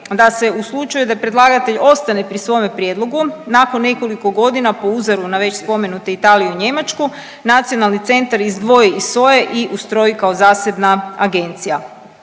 da se u slučaju da predlagatelj ostane pri svome prijedlogu nakon nekoliko godina po uzoru na već spomenute Italiju i Njemačku, nacionalni centar izdvoji iz SOA-e i ustroji kao zasebna agencija.